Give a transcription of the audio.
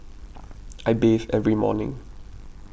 I bathe every morning